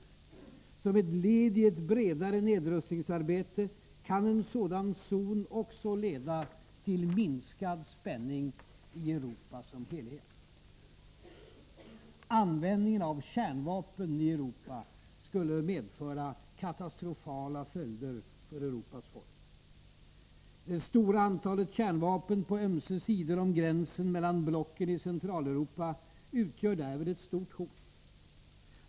Som ett led i ett bredare nedrustningsarbete kan en sådan zon också leda till minskad spänning i Europa som helhet. Användningen av kärnvapen i Europa skulle medföra katastrofala följder för Europas folk. Det stora antalet kärnvapen på ömse sidor om gränsen mellan blocken i Centraleuropa utgör därför ett stort hot.